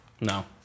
No